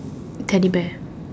Teddy bear